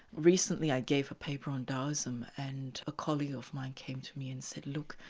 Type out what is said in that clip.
recently i gave a paper on taoism and a colleague of mine came to me and said, look,